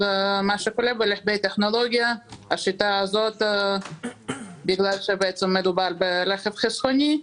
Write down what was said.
ברכבי טכנולוגיה, בגלל שמדובר ברכב חסכוני,